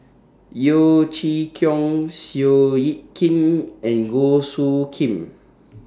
Yeo Chee Kiong Seow Yit Kin and Goh Soo Khim